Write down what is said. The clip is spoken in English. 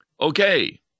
Okay